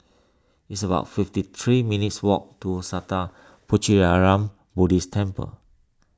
it's about fifty three minutes' walk to Sattha Puchaniyaram Buddhist Temple